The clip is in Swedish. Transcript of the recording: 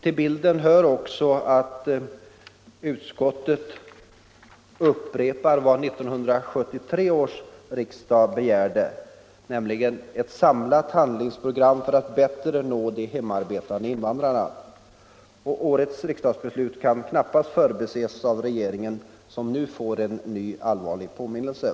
Till bilden i detta betänkande hör också att utskottet upprepar vad 1973 års riksdag begärde, nämligen ett samlat handlingsprogram för att bättre nå de hemarbetande invandrarna. Och årets riksdagsbeslut kan knappast förbises av regeringen, som nu får en ny allvarlig påminnelse.